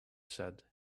said